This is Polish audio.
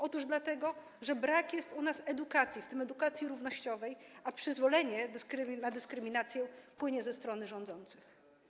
Otóż dlatego, że brak jest u nas edukacji, w tym edukacji równościowej, a przyzwolenie na dyskryminację płynie ze strony rządzących.